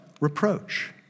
reproach